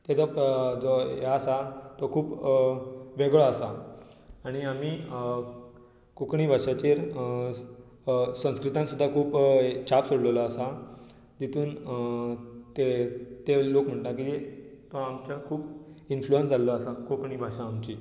ताजो जो हें आसा तो खूब वेगळो आसा आनी आमी कोंकणी भाशेचेर संस्कृतान सुद्दां खूब छाप सोडिल्लो आसा तातूंत ते ते लोक म्हणटा की आमच्या खूब इनफ्लुयन्स जाल्लो आसा कोंकणी भाशा आमची